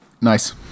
Nice